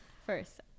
first